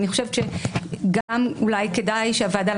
אני חושבת שכדאי שגם הוועדה,